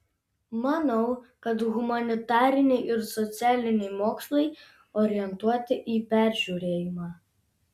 manau kad humanitariniai ir socialiniai mokslai orientuoti į peržiūrėjimą